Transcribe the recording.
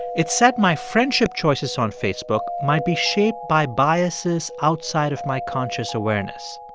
it said my friendship choices on facebook might be shaped by biases outside of my conscious awareness.